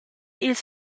ils